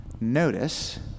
Notice